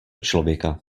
člověka